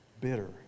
bitter